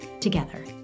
together